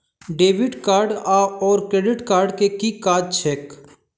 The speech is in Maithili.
डेबिट कार्ड आओर क्रेडिट कार्ड केँ की काज छैक?